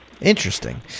Interesting